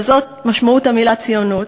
וזאת משמעות המילה ציונות,